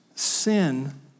Sin